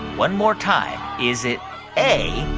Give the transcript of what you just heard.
one more time. is it a,